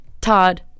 Todd